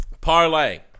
parlay